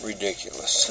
Ridiculous